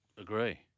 Agree